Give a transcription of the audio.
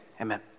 Amen